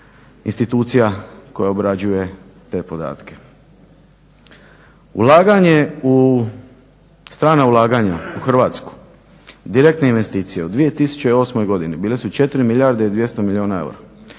institucija koja obrađuje te podatke. Ulaganje u strana ulaganja u Hrvatsku direktne investicije u 2008. godini bile su 4 milijarde i 200 milijuna eura.